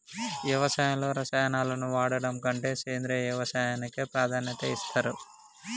వ్యవసాయంలో రసాయనాలను వాడడం కంటే సేంద్రియ వ్యవసాయానికే ప్రాధాన్యత ఇస్తరు